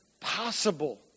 possible